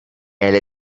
elle